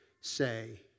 say